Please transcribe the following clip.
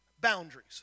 boundaries